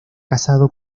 casado